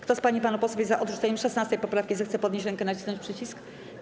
Kto z pań i panów posłów jest za odrzuceniem 16. poprawki, zechce podnieść rękę i nacisnąć przycisk.